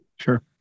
Sure